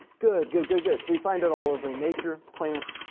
good, good, good, good, so we find it all over nature, plants,